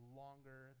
longer